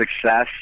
success